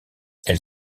elle